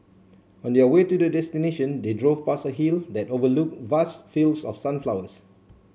on their way to the destination they drove past a hill that overlook vast fields of sunflowers